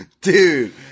Dude